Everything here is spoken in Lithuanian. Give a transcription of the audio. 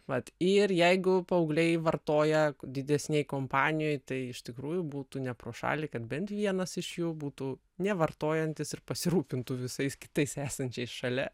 vat ir jeigu paaugliai vartoja didesnėj kompanijoj tai iš tikrųjų būtų ne pro šalį kad bent vienas iš jų būtų nevartojantis ir pasirūpintų visais kitais esančiais šalia